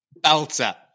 Belter